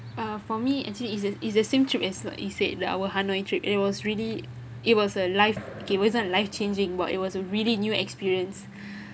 uh for me actually it's the it's the same trip as what you said the our hanoi trip it was really it was a life okay it wasn't a life changing but it was a really new experience